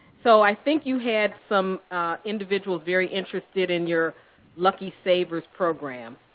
so i think you had some individual very interested in your lucky savers program.